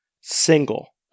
Single